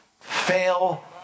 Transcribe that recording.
fail